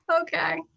Okay